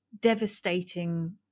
devastating